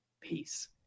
Peace